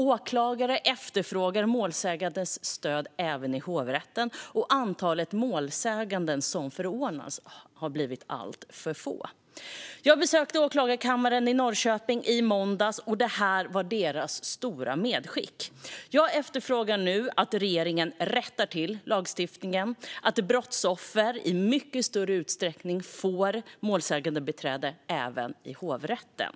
Åklagare efterfrågar målsägandes stöd även i hovrätten, och antalet målsägandebiträden som förordnas har blivit alltför få. Jag besökte åklagarkammaren i Norrköping i måndags, och det här var deras stora medskick. Jag efterfrågar nu att regeringen rättar till lagstiftningen så att brottsoffer i mycket större utsträckning får målsägandebiträde även i hovrätten.